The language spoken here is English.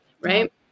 right